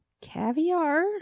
Caviar